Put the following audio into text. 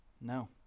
No